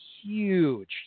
huge